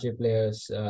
players